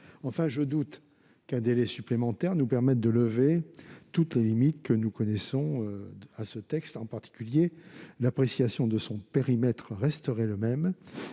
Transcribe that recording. Enfin, je doute qu'un délai supplémentaire nous permette de lever toutes les limites que nous reconnaissons à ce texte. En particulier, l'appréciation de son périmètre resterait